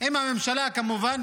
עם הממשלה כמובן.